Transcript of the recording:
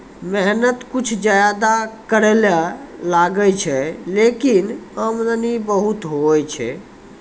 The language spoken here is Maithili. मेहनत कुछ ज्यादा करै ल लागै छै, लेकिन आमदनी बहुत होय छै